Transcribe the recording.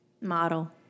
Model